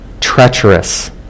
treacherous